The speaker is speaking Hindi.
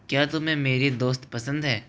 क्या तुम्हें मेरी दोस्त पसंद है